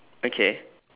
okay